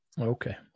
Okay